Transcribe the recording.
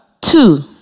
two